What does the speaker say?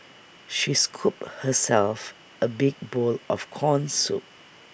she scooped herself A big bowl of Corn Soup